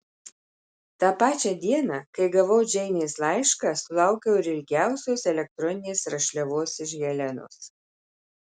tą pačią dieną kai gavau džeinės laišką sulaukiau ir ilgiausios elektroninės rašliavos iš helenos